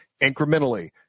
incrementally